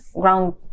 ground